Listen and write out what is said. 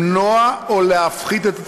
למנוע או להפחית את התחרות.